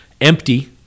Empty